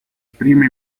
prime